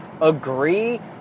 agree